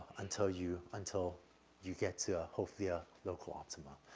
until you until you get to a hopefully a local optimum.